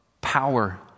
power